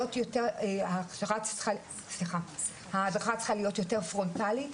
ההדרכה צריכה להיות יותר פרונטלית,